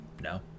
No